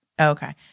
Okay